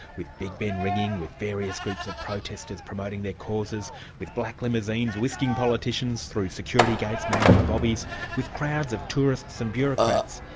with big ben ringing, with various groups of protesters promoting their causes with black limousines whisking politicians through security gates manned by bobbies with crowds of tourists and bureaucrats,